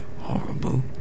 horrible